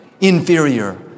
inferior